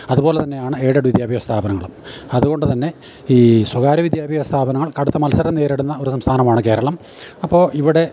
അത്പോലെ തന്നെയാണ് ഏയ്ഡഡ് വിദ്യാഭ്യാസ സ്ഥാപനങ്ങളും അത്കൊണ്ട് തന്നെ ഈ സ്വകാര്യ വിദ്യാഭ്യാസ സ്ഥാപനങ്ങൾ കടുത്ത മത്സരം നേരിടുന്ന ഒരു സംസ്ഥാനമാണ് കേരളം അപ്പോൾ ഇവിടെ